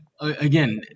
again